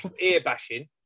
Ear-bashing